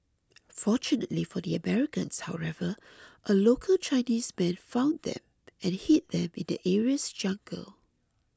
fortunately for the Americans however a local Chinese man found them and hid them in the area's jungle